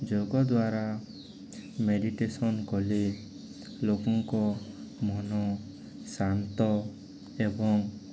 ଯୋଗ ଦ୍ୱାରା ମେଡ଼ିଟେସନ କଲେ ଲୋକଙ୍କ ମନ ଶାନ୍ତ ଏବଂ